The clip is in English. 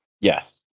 Yes